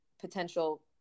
potential